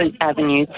avenues